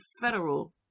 federal